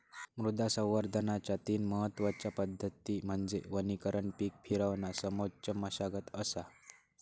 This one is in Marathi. मृदा संवर्धनाच्या तीन महत्वच्या पद्धती म्हणजे वनीकरण पीक फिरवणा समोच्च मशागत असा